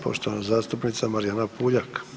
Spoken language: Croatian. Poštovan zastupnica Marijana Puljak.